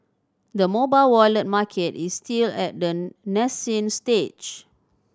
the mobile wallet market is still at the nascent stage